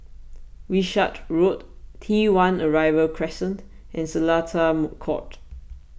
Wishart Road T one Arrival Crescent and Seletar Court